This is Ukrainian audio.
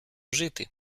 жити